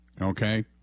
Okay